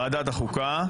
ועדת החוקה.